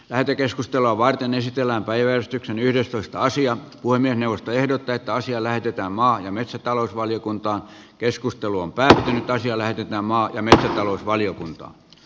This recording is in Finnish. lähetekeskustelua varten esitellään päiväystyksen yhdestoista sija voimien johto ehdottaa että asia lähetetään maa ja metsätalousvaliokunta keskustelu on päätynyt asia lähetetään maa jonne talousvaliokunta